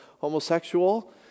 homosexual